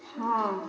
ହଁ